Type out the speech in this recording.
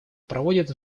проводит